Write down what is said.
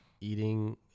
eating